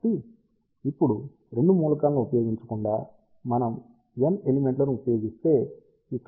కాబట్టి ఇప్పుడు 2 మూలకాలను ఉపయోగించకుండా మనం N ఎలిమెంట్లను ఉపయోగిస్తే ఇక్కడ N ఎలిమెంట్స్ ఉన్నాయి